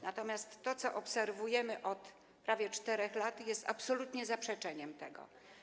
Natomiast to co obserwujemy od prawie 4 lat, jest absolutnie zaprzeczeniem tego.